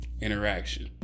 interaction